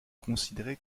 considérée